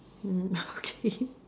mmhmm okay